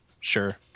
Sure